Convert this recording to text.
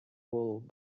world